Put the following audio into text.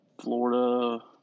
Florida